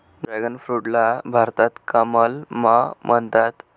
dragon फ्रूटला भारतात कमलम म्हणतात